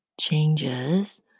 changes